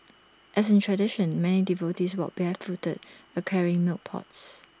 as is tradition many devotees walked barefoot A carrying milk pots